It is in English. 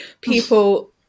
people